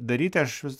daryti aš vis